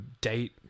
date